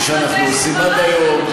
כפי שאנחנו עושים עד היום,